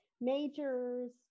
majors